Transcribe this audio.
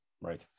Right